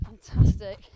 Fantastic